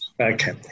Okay